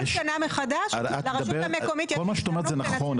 בכל שנה מחדש לרשות המקומית יש --- כל מה שאת אומרת זה נכון,